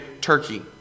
Turkey